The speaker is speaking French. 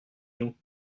nous